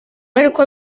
ariko